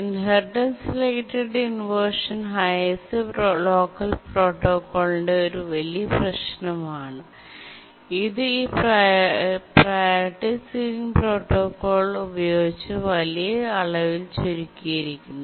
inheritance related inversion highest locker protocol ന്റെ ഒരു വലിയ പ്രശ്നമാണ് ഇത് ഈ പ്രിയോറിറ്റി സീലിംഗ് പ്രോട്ടോക്കോൾ ഉപയോഗിച്ച് വലിയ അളവിൽ ചുരുക്കിയിരിക്കുന്നു